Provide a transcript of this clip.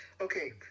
Okay